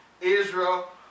Israel